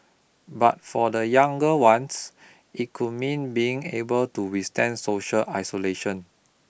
but for the younger ones it could mean being able to withstand social isolation